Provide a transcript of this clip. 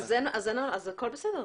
אז הכול בסדר.